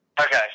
Okay